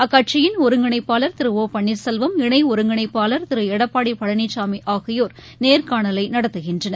அக்கட்சியின் ஒருங்கிணைப்பாள் திரு ஒ பள்ளீர்செல்வம் இணை ஒருங்கிணைப்பாள் திரு எடப்பாடி பழனிசாமி ஆகியேர் நேர்காணலை நடத்துகின்றனர்